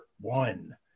one